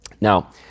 Now